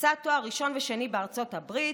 עשה תואר ראשון ושני בארצות הברית,